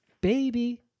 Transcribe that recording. baby